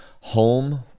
home